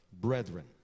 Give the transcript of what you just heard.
Brethren